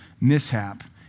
mishap